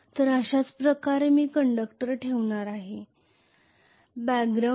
तर अशाच प्रकारे मी कंडक्टर बॅकग्राउंड ठेवणार आहे